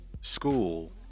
school